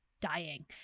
dying